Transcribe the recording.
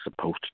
supposed